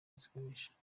zikoresha